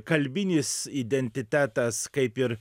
kalbinis identitetas kaip ir